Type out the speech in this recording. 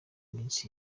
minsi